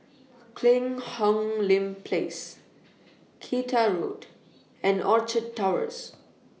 Cheang Hong Lim Place Kinta Road and Orchard Towers